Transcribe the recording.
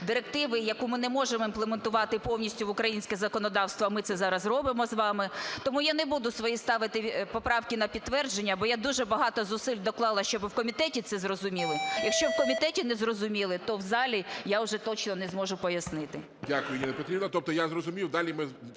директиви, яку ми не можемо імплементувати повністю в українське законодавство, а ми це зараз робимо з вами. Тому я не буду свої ставити поправки на підтвердження, бо я дуже багато зусиль доклала, щоби в комітеті це зрозуміли. Якщо в комітеті це не зрозуміли, то в залі я уже точно не зможу пояснити. ГОЛОВУЮЧИЙ. Дякую, Ніна Петрівна. Тобто я зрозумів, далі ви